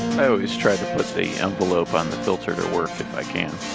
i always try to put the envelope on the filter to work if i can.